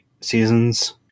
Seasons